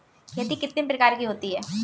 खेती कितने प्रकार की होती है?